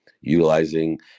Utilizing